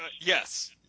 Yes